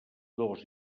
dos